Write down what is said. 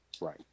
Right